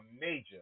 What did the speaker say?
major